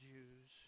Jews